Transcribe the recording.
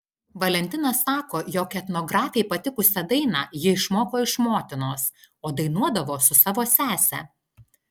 valentina sako jog etnografei patikusią dainą ji išmoko iš motinos o dainuodavo su savo sese